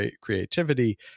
creativity